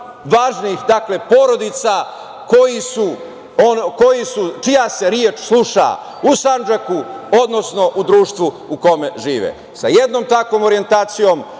važnih porodica, čija se reč sluša u Sandžaku, odnosno u društvu u kome žive. Sa jednom takvom orijentacijom